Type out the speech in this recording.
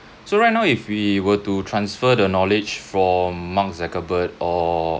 so right now if we were to transfer the knowledge from mark zuckerberg or